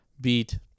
beat